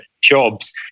jobs